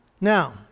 Now